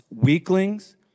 weaklings